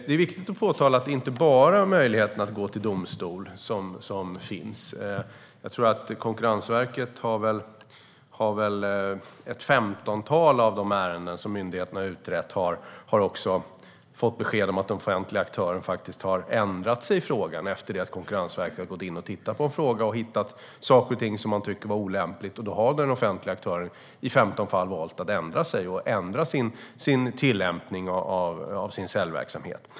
Det är viktigt att framhålla att det inte bara är möjligheten att gå till domstol som finns. I ett femtontal av de ärenden som Konkurrensverket har utrett har man fått besked om att den offentliga aktören har ändrat sig i frågan efter det att Konkurrensverket har tittat på en fråga och hittat saker och ting som man tyckte var olämpliga. Då har alltså den offentliga aktören i 15 fall valt att ändra sig och ändra tillämpningen av sin säljverksamhet.